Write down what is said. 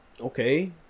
okay